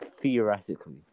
theoretically